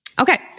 Okay